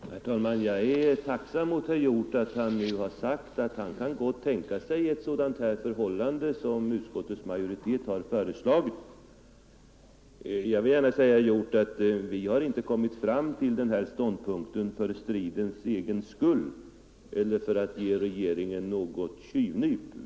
Herr talman! Jag är tacksam mot herr Hjorth för att han säger att han gott kan tänka sig ett sådant förfarande som utskottets majoritet föreslagit. Vi har inte kommit fram till den här ståndpunkten för stridens egen skull eller för att ge regeringen något tjuvnyp, som herr Hjorth uttryckte det.